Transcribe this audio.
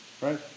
right